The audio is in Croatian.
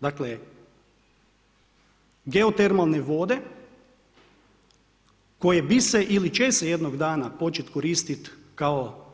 dakle, geotermalne vode koje bi se ili će se jednog dana počet koristit kao